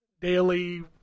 daily